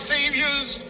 Savior's